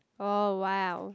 oh wow